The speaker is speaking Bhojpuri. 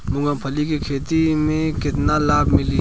मूँगफली के खेती से केतना लाभ मिली?